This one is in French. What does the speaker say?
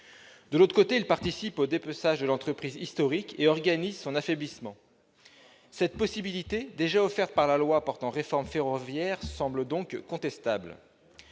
ce transfert participe du dépeçage de l'entreprise historique et organise son affaiblissement. Cette possibilité, déjà offerte par la loi portant réforme ferroviaire, semble donc contestable.